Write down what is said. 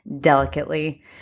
delicately